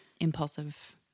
impulsive